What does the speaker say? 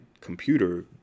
computer